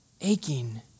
aching